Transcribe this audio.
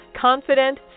Confident